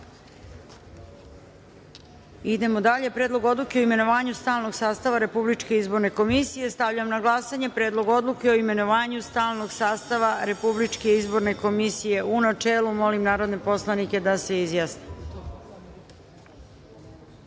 46. - Predlog odluke i imenovanju stalnog sastava Republičke izborne komisije. Stavljam na glasanje Predlog odluke o imenovanju stalnog sastava Republičke izborne komisije, u načelu. Molim narodne poslanike da se